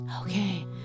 okay